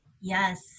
Yes